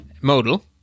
modal